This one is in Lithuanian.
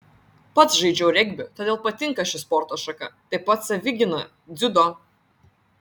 pats žaidžiau regbį todėl patinka ši sporto šaka taip pat savigyna dziudo